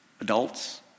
adults